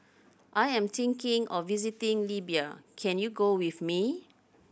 I am thinking of visiting Libya can you go with me